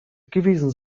gewesen